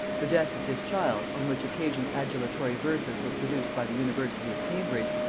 the death of this child, on which occasion adulatory verses were produced by the university of cambridge,